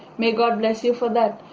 may god bless you for that.